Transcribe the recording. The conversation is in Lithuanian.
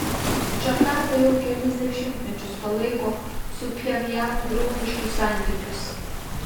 džakarta jau kelis dešimtmečius palaiko su pchenjanu draugiškus santykius